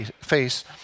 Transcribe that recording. face